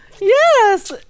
yes